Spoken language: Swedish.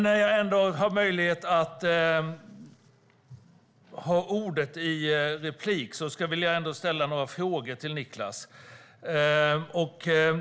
När jag ändå har möjlighet att ha ordet i en replik vill jag ställa ett par frågor till Niclas.